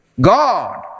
God